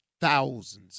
thousands